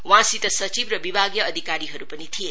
वहाँसित सचिव र विभागीय अधिकारीहरु पनि थिए